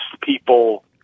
people